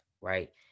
right